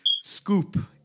scoop